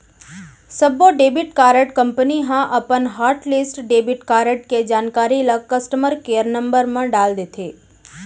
सब्बो debit card company ह अपन हॉटलिस्ट डेबिट कारड के जानकारी ल कस्टमर केयर नंबर म डाल देथे